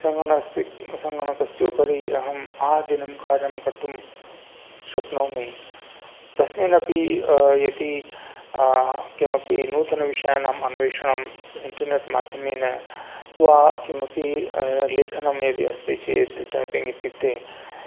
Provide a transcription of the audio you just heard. सङ्गणस्य सङ्गणकस्य उपरि अहम् आदिनं कार्यं कर्तुं शक्नोमि तस्मिन्नपि यदि किमपि नूतनविषयाणाम् अन्वेषणम् इण्टर्नेट् माध्यमेन वा किमपि लेखनं यदि अस्ति चेत् टैपिङ्ग् इत्युक्ते